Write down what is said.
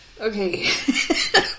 Okay